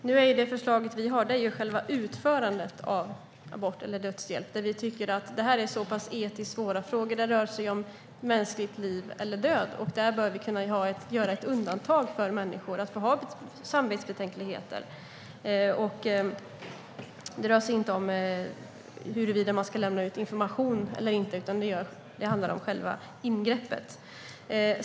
Fru talman! Det förslag vi har gäller själva utförandet av abort eller dödshjälp. Vi tycker att det är etiskt svåra frågor. Det rör sig om liv eller död för människor. Där bör vi kunna göra ett undantag för människor som har samvetsbetänkligheter. Det rör sig inte om huruvida man ska lämna ut information eller inte, utan det handlar om själva ingreppet.